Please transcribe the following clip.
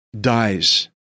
dies